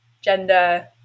gender